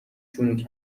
جون